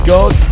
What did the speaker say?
God